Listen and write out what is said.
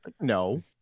No